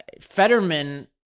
fetterman